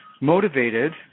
motivated